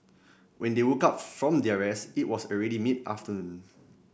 when they woke up from their rest it was already mid afternoon